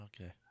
Okay